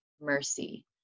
mercy